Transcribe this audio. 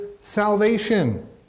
salvation